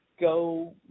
go